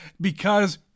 because-